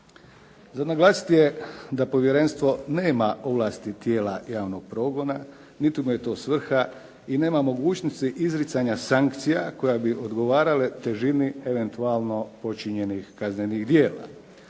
Za naglasiti je da povjerenstvo nema ovlasti tijela javnog progona niti mu je to svrha i nema mogućnosti izricanja sankcija koje bi odgovarale težini eventualno počinjenih kaznenih djela.